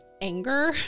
anger